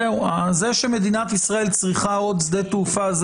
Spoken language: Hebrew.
זה שמדינת ישראל צריכה עוד שדה תעופה,